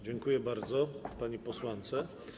Dziękuję bardzo pani posłance.